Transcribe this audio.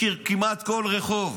מכיר כמעט כל רחוב.